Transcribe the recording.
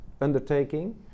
undertaking